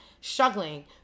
struggling